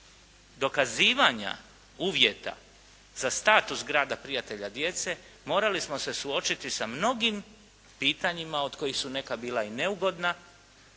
dokazivanja uvjeta za status grada prijatelja djece, morali smo se suočiti sa mnogim pitanjima, od kojih su neka bila i neugodna,